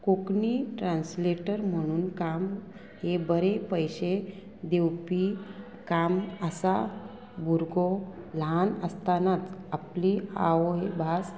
Konkani translator म्हणून काम हे बरे पयशे दिवपी काम आसा भुरगो ल्हान आसतनाच आपली आवयभास